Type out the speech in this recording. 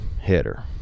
hitter